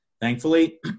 Thankfully